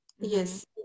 Yes